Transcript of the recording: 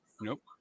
Nope